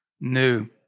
new